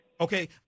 Okay